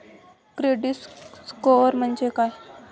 Credit score म्हणजे काय?